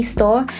Store